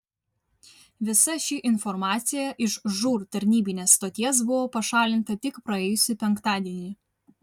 visa ši informacija iš žūr tarnybinės stoties buvo pašalinta tik praėjusį penktadienį